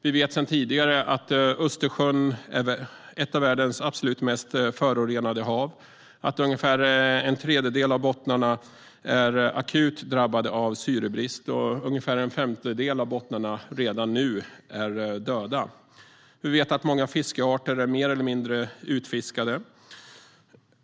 Vi vet sedan tidigare att Östersjön är ett av världens absolut mest förorenade hav. Ungefär en tredjedel av bottnarna är akut drabbade av syrebrist och ungefär en femtedel är döda redan nu. Vi vet att många fiskarter är mer eller mindre utfiskade.